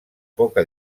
poca